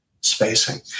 spacing